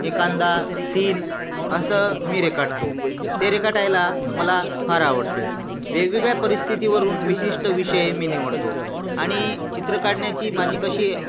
एखादा सीन असं मी रेखाटतो ते रेखाटायला मला फार आवडते वेगवेगळ्या परिस्थितीवरून विशिष्ट विषय मी निवडतो आणि चित्र काढण्याची माझी कशी आहे